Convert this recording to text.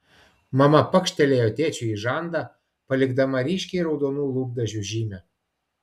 mama pakštelėjo tėčiui į žandą palikdama ryškiai raudonų lūpdažių žymę